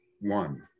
one